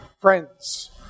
friends